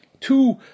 two